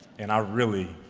and i really,